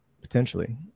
potentially